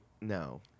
No